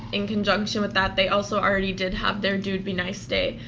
in conjunction with that they also already did have their dude, be nice day,